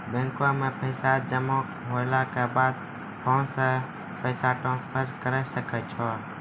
bank मे पैसा जमा होला के बाद फोन से पैसा ट्रांसफर करै सकै छौ